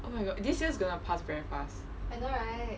oh my god this year gonna pass very fast